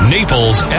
Naples